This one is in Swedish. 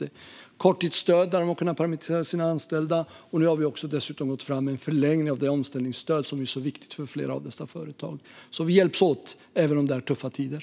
De har fått korttidsstöd för att kunna permittera sina anställda. Nu har vi dessutom gått fram med en förlängning av det anställningsstöd som är så viktigt för flera av dessa företag. Vi hjälps åt, även om det är tuffa tider.